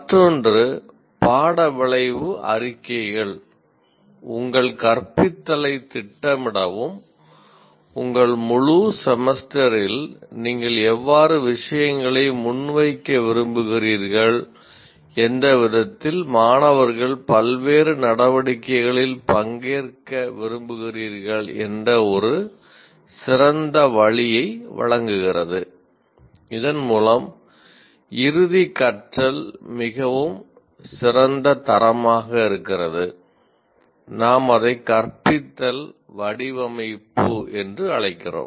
மற்றொன்று பாட விளைவு அறிக்கைகள் உங்கள் கற்பித்தலை திட்டமிடவும் உங்கள் முழு செமஸ்டரில் நீங்கள் எவ்வாறு விஷயங்களை முன்வைக்க விரும்புகிறீர்கள் எந்த விதத்தில் மாணவர்கள் பல்வேறு நடவடிக்கைகளில் பங்கேற்க விரும்புகிறீர்கள் என்ற ஒரு சிறந்த வழியை வழங்குகிறது இதன் மூலம் இறுதி கற்றல் மிகவும் சிறந்த தரமாக இருக்கிறது நாம் அதை கற்பித்தல் வடிவமைப்பு என்று அழைக்கிறோம்